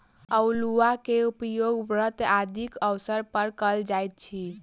अउलुआ के उपयोग व्रत आदिक अवसर पर कयल जाइत अछि